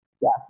Yes